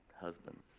husbands